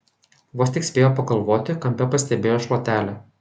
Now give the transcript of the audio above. vos tik spėjo pagalvoti kampe pastebėjo šluotelę